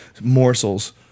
morsels